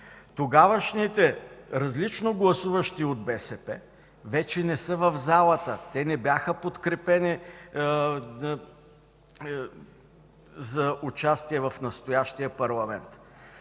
Тогавашните, различно гласуващи от БСП, вече не са в залата. Те не бяха подкрепени за участие в настоящия парламент.